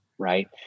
Right